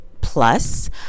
plus